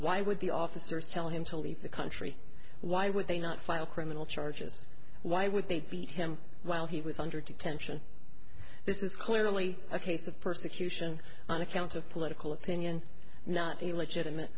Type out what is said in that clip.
why would the officers tell him to leave the country why would they not file criminal charges why would they be him while he was under detention this is clearly a case of persecution on account of political opinion not a legitimate